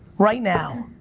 right now,